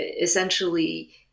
essentially